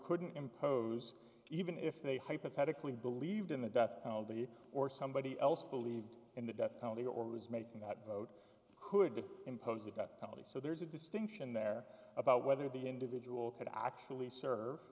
couldn't impose even if they hypothetically believed in the death penalty or somebody else believed in the death penalty or was making that vote could impose the death penalty so there's a distinction there about whether the individual could actually s